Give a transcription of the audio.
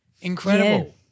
Incredible